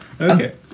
Okay